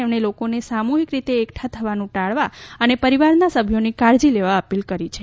તેમણે લોકોને સામૂહિક રીતે એકઠા થવાનું ટાળવા અને પરિવારના સભ્યોની કાળજી લેવા અપીલ કરી છે